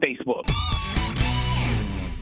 Facebook